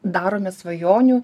darome svajonių